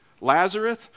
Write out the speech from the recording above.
Lazarus